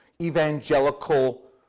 evangelical